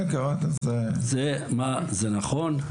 זה נכון?